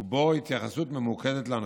שבו התייחסות מיוחדת לנושא,